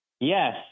Yes